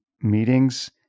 meetings